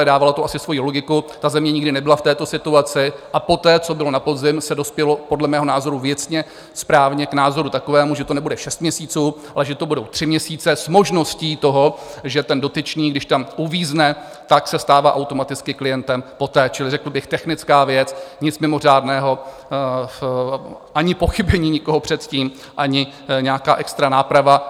Dávalo to asi svoji logiku, země nikdy nebyla v této situaci, a poté, co bylo na podzim, se dospělo podle mého názoru věcně správně k názoru takovému, že to nebude šest měsíců, ale že to budou tři měsíce s možností toho, že ten dotyčný, když tam uvízne, se stává automaticky klientem poté, čili řekl bych technická věc, nic mimořádného, ani pochybení nikoho předtím, ani nějaká extra náprava.